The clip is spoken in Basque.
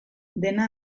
dena